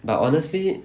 but honestly